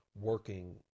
working